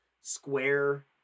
square